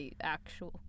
actual